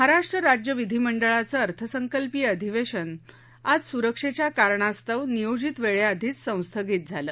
महाराष्ट्र राज्य विधिमंडळाचं अर्थसंकल्पीय अधिवेशन आज स्रक्षेच्या कारणास्तव नियोजित वेळेआधीच संस्थगित झालं